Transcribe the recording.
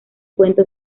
cuento